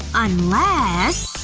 unless,